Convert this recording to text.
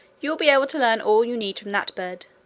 you will be able to learn all you need from that bird.